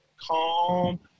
calm